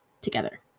together